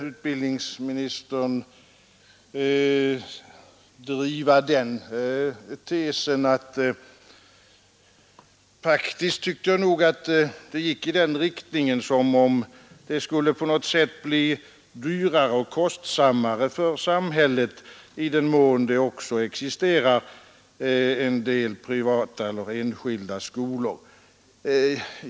Utbildningsministern ville driva tesen att undervisningsväsendet på något sätt skulle bli dyrare för samhället i den mån det existerar en del privata eller enskilda skolor.